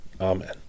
Amen